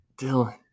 Dylan